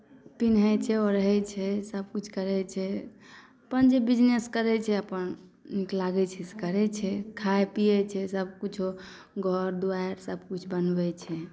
पिन्है छै ओढ़ै छै सबकिछु करै छै अपन जे बिजनेस करै छै अपन नीक लागै छै से करै छै खाइ पिए छै सबकिछु घर दुआरि सबकिछु बनबै छै